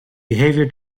behaviour